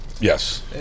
yes